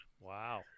Wow